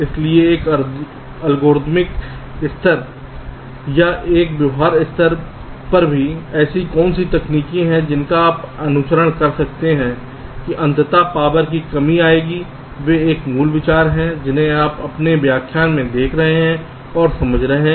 इसलिए एक एल्गोरिथ्मिक स्तर या एक व्यवहार स्तर पर भी ऐसी कौन सी तकनीकें हैं जिनका आप अनुसरण कर सकते हैं कि अंतत पावर में कमी आएगी वे कुछ विचार हैं जिन्हें हम अपने अगले व्याख्यान में देख रहे हैं और समझा रहे हैं